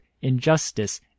Injustice